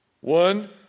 One